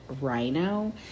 rhino